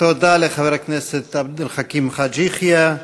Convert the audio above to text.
תודה לחבר הכנסת עבד אל חכים חאג' יחיא.